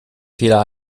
fehler